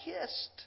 kissed